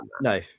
no